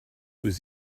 was